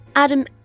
Adam